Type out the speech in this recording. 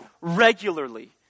regularly